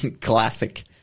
Classic